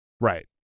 Right